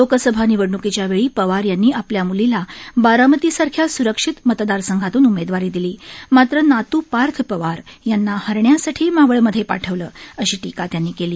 लोकसभा निवडणूकीच्या वेळी पवार यांनी आपल्या म्लीला बारामतीसारख्या स्रक्षित मतदारसंघातून उमेदवारी दिली मात्र नातू पार्थ पवार यांना हरण्यासाठी मावळमधे पाठवलं अशी टीका त्यांनी केली